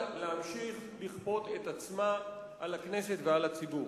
להמשיך לכפות את עצמה על הכנסת ועל הציבור.